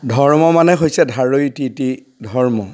ধৰ্ম মানে হৈছে ধাৰৈ ইতি ইতি ধৰ্ম